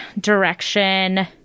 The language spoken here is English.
direction